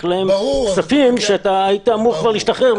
להם כספים שאתה היית אמור כבר להשתחרר.